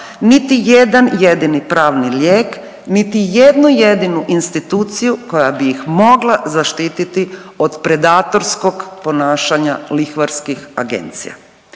niti jedan jedini pravni lijek, niti jednu jedinu instituciju koja bih ih mogla zaštiti od predatorskog ponašanja lihvarskih agencija.